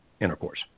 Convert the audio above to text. intercourse